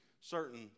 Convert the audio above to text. certain